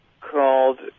called